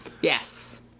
Yes